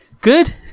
Good